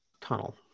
tunnel